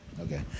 okay